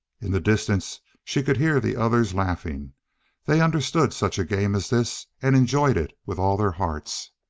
in the distance she could hear the others laughing they understood such a game as this, and enjoyed it with all their hearts.